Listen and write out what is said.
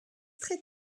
très